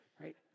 right